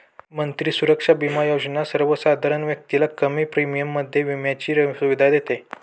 मंत्री सुरक्षा बिमा योजना सर्वसामान्य व्यक्तीला कमी प्रीमियम मध्ये विम्याची सुविधा देते